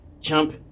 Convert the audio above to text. jump